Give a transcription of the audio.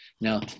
Now